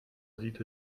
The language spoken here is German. sieht